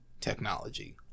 technology